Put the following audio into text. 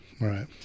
Right